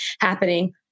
happening